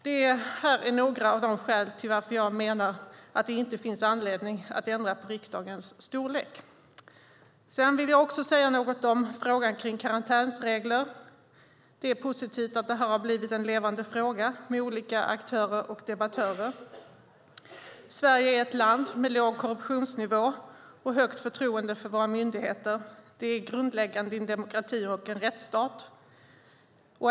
Det här är några av skälen till varför jag menar att det inte finns anledning att ändra på riksdagens storlek. Sedan vill jag säga något om frågan kring karantänsregler. Det är positivt att det här har blivit en levande fråga med olika aktörer och debattörer. Sverige är ett land med låg korruptionsnivå, och vi har ett högt förtroende för våra myndigheter. Det är grundläggande i en demokrati och en rättsstat.